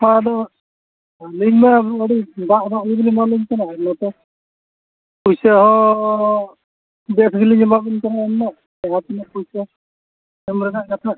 ᱦᱳᱭ ᱟᱫᱚ ᱟᱹᱞᱤᱧ ᱫᱚ ᱟᱹᱰᱤ ᱫᱟᱜ ᱫᱟᱜ ᱜᱮᱞᱤᱧ ᱮᱢᱟ ᱵᱤᱱ ᱠᱟᱱᱟ ᱡᱚᱛᱚ ᱯᱩᱭᱥᱟᱹ ᱦᱚᱸ ᱵᱮᱥ ᱜᱮᱞᱤᱧ ᱮᱢᱟᱵᱤᱱ ᱠᱟᱱᱟ ᱡᱟᱦᱟᱸ ᱛᱤᱱᱟᱹᱜ ᱯᱩᱭᱥᱟᱹ ᱮᱢ ᱨᱮᱱᱟᱜ ᱠᱟᱛᱷᱟ